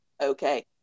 Okay